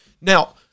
Now